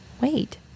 Wait